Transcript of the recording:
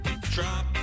Drop